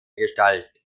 gestalt